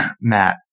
Matt